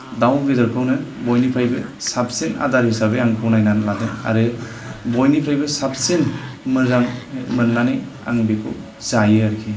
दाउ बेदरखौनो बयनिफ्रायबो साबसिन आदार हिसाबै आं गनायनानै लादों आरो बयनिफ्रायबो साबसिन मोजां मोननानै आं बेखौ जायो आरोखि